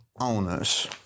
owners